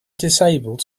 disabled